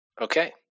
Okay